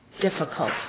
difficult